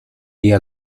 día